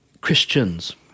Christians